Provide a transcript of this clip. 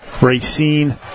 Racine